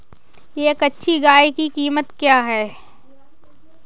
एक अच्छी गाय की कीमत क्या है?